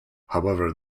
however